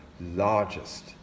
largest